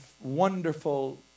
wonderful